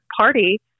party